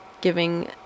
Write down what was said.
giving